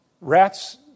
rats